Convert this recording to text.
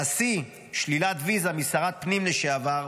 והשיא: שלילת ויזה משרת פנים לשעבר,